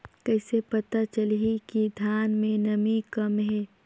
कइसे पता चलही कि धान मे नमी कम हे?